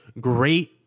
great